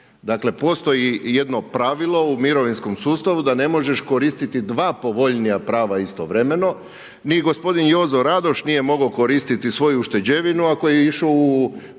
Dakle postoji jedno pravilo u mirovinskom sustavu da ne možeš koristiti dva povoljnija prava istovremeno, ni gospodin Jozo Radoš nije mogao koristiti svoju ušteđevinu ako je išao u